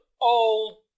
old